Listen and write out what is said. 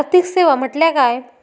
आर्थिक सेवा म्हटल्या काय?